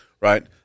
Right